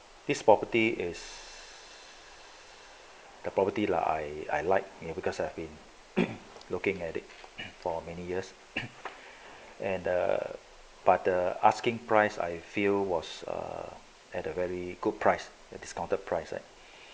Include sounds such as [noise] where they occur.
this property is the property lah I I like you know because I've been looking at it for many years [coughs] and but the asking price I feel was at a very good price discounted price right